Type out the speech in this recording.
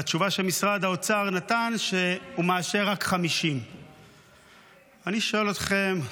והתשובה שמשרד האוצר נתן היא שהוא מאשר רק 50. אני שואל אתכם,